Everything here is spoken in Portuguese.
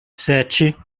sete